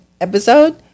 episode